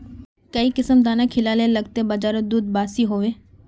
काई किसम दाना खिलाले लगते बजारोत दूध बासी होवे?